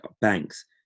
banks